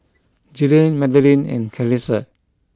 Jillian Madeleine and Clarissa